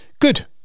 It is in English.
good